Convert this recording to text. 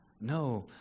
no